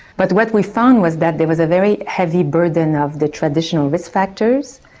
but what we found was that there was a very heavy burden of the traditional risk factors,